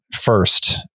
first